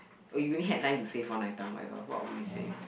oh you only had nine to save one item whatever what would you save